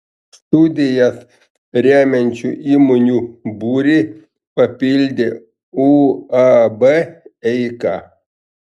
studijas remiančių įmonių būrį papildė uab eika